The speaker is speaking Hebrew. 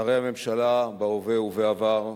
שרי הממשלה בהווה ובעבר,